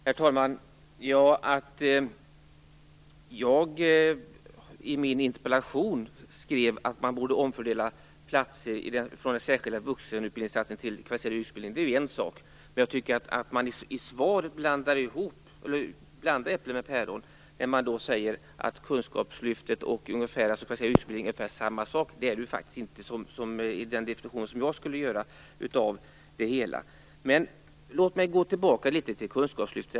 Herr talman! Att jag i min interpellation skrev att man borde omfördela platser från den särskilda vuxenutbildningssatsningen till den kvalificerade yrkesutbildningen är en sak. Men jag tycker att man i svaret blandar äpplen och päron när man säger att Kunskapslyftet och den kvalificerade yrkesutbildningen är ungefär samma sak. Det är det faktiskt inte enligt min definition. Låt mig ändå gå tillbaka till Kunskapslyftet.